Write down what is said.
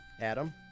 Adam